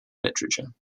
literature